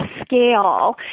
scale